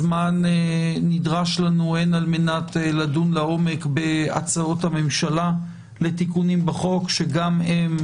הזמן נדרש לנו הן על-מנת לדון לעומק בהצעות הממשלה לתיקונים בחוק שגם הן